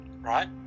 right